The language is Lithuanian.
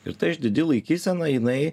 ir ta išdidi laikysena jinai